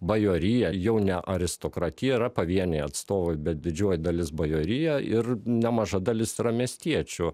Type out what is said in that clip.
bajorija jau ne aristokratija yra pavieniai atstovai bet didžioji dalis bajorija ir nemaža dalis yra miestiečių